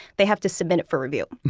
they have to submit it for review.